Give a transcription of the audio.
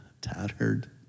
tattered